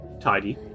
tidy